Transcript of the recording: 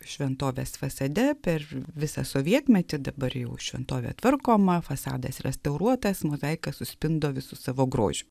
šventovės fasade per visą sovietmetį dabar jau šventovė tvarkoma fasadas restauruotas mozaika suspindo visu savo grožiu